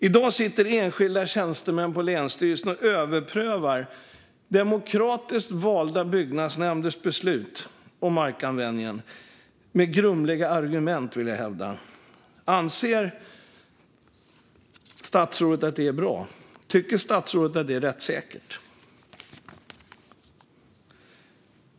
I dag sitter enskilda tjänstemän på länsstyrelserna och överprövar demokratiskt valda byggnadsnämnders beslut om markanvändningen - med grumliga argument, vill jag hävda. Anser statsrådet att det är bra? Tycker statsrådet att det är rättssäkert?